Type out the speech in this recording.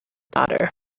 daughter